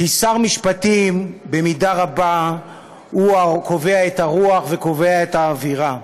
כי שר משפטים במידה רבה הוא הקובע את הרוח וקובע את האווירה,